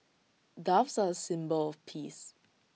doves are A symbol of peace